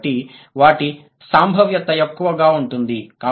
కాబట్టి వాటి సంభావ్యత ఎక్కువగా ఉంటుంది